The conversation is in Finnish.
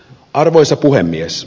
arvoisa puhemies